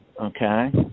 Okay